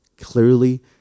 clearly